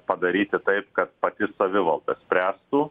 padaryti taip kad pati savivalda spręstų